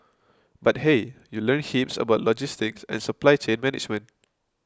but hey you learn heaps about logistics and supply chain management